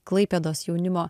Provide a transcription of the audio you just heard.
klaipėdos jaunimo